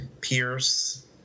Pierce